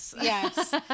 Yes